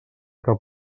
que